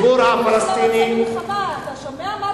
מי שלא רוצה מלחמה, אתה שומע?